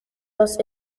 los